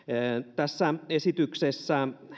tässä esityksessä